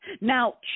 Now